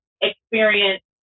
experience